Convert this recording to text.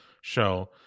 show